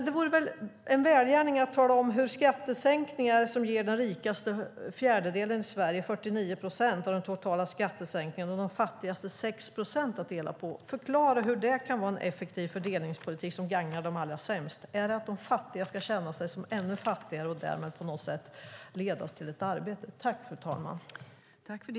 Det vore bra att få veta hur skattesänkningar som ger den rikaste fjärdedelen i Sverige 49 procent av den totala skattesänkningen och de fattigaste 6 procent att dela på kan vara en effektiv fördelningspolitik som gagnar dem som har det allra sämst. Är tanken att de fattiga ska känna sig ännu fattigare och därmed på något sätt ledas till ett arbete?